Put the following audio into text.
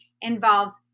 involves